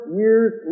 years